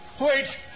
Wait